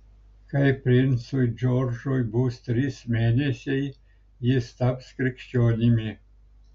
kai princui džordžui bus trys mėnesiai jis taps krikščionimi